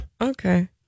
Okay